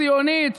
ציונית,